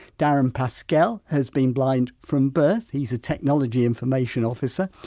darren paskell has been blind from birth he's a technology information officer.